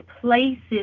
places